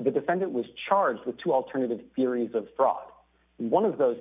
the defendant was charged with two alternatives series of fraud one of those